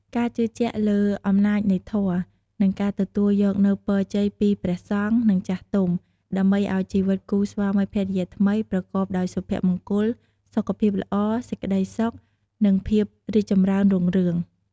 ការជឿជាក់លើអំណាចនៃធម៌ និងការទទួលយកនូវពរជ័យពីព្រះសង្ឃ និងចាស់ទុំ ដើម្បីឲ្យជីវិតគូស្វាមីភរិយាថ្មីប្រកបដោយសុភមង្គល សុខភាពល្អ សេចក្តីសុខ និងភាពរីកចម្រើនរុងរឿង។